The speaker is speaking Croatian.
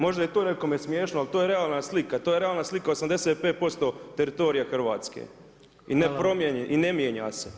Možda je to nekome smiješno, ali to je realna slika, to je realna slika 85% teritorija Hrvatske i ne mijenja se.